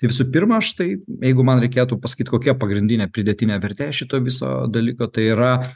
tai visų pirma aš tai jeigu man reikėtų pasakyt kokia pagrindinė pridėtinė vertė šito viso dalyko tai yra